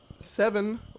Seven